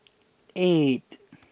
eight